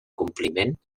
compliment